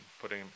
putting